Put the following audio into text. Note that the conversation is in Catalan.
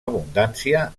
abundància